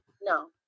no